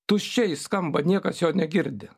tuščiai skamba niekas jo negirdi